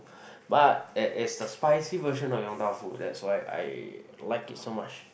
but it's the spicy version of Yong-Tau-Foo that's why I like it so much